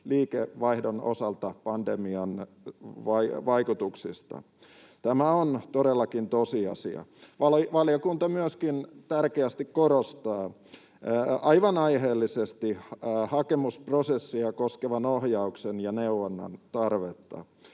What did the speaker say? liikevaihdon osalta pandemian vaikutuksista. Tämä on todellakin tosiasia. Valiokunta myöskin tärkeästi korostaa, aivan aiheellisesti, hakemusprosessia koskevan ohjauksen ja neuvonnan tarvetta.